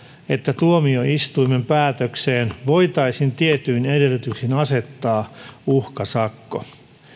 että tuomioistuimen päätökseen voitaisiin tietyin edellytyksin asettaa uhkasakko